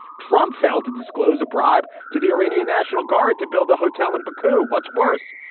trump failed to disclose a bribe to the iranian national guard to build a hotel in baku. what's worse,